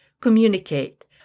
communicate